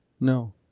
No